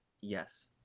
yes